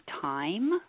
time